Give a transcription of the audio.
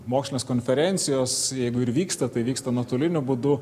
mokslinės konferencijos jeigu ir vyksta tai vyksta nuotoliniu būdu